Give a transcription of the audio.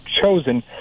chosen